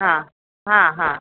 हा हा हा